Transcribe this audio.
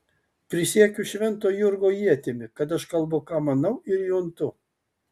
prisiekiu švento jurgio ietimi kad aš kalbu ką manau ir juntu